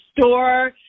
store